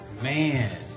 Man